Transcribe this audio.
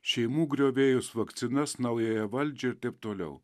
šeimų griovėjus vakcinas naująją valdžią ir taip toliau